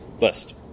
list